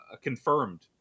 confirmed